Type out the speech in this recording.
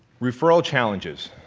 referral challenges.